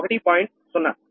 0